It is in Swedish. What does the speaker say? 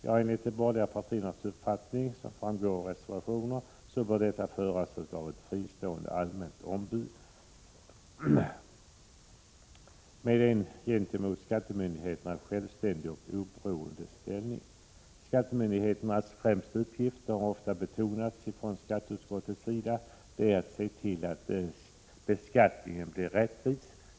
Ja, enligt de borgerliga partiernas uppfatt ning, som framgår av reservationen, bör denna föras av ett fristående allmänt ombud med en gentemot skattemyndigheten självständig och oberoende ställning. Skattemyndighetens främsta uppgift är, som ofta betonats av skatteutskottet, att se till att beskattningen blir rättvis.